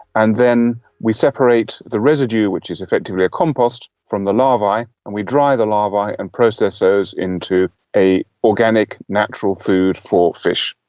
and then we separate the residue, which is effectively a compost, from the larvae and we dry the larvae and process those into an organic, natural food for fish.